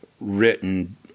written